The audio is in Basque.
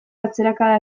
atzerakada